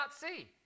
see